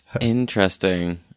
Interesting